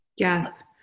Yes